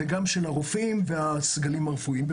וגם של הרופאים והסגלים הרפואיים.